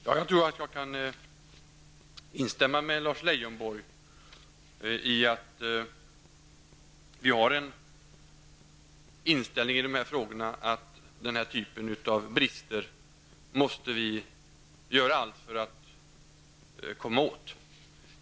Herr talman! Jag tror jag kan instämma med Lars Leijonborg i att vi har den inställningen i dessa frågor att vi måste göra någonting åt denna typ av brister.